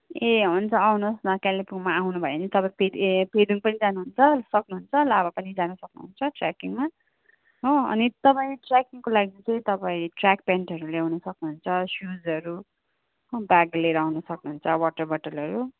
ए हुन्छ आउनुहोस् न कालिम्पोङमा आउनु भए नि तपाईँ पेद तपाईँ पेदोङ पनि जानुहुन्छ सक्नुहुन्छ लाभा पनि जान सक्नुहुन्छ ट्रेकिङमा हो अनि तपाईँ ट्रेकिङको लागि चाहिँ तपाईँ ट्रेक प्यान्टहरू ल्याउन सक्नुहुन्छ सुजहरू हो ब्याग लिएर आउन सक्नुहुन्छ वाटर बोतलहरू